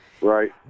Right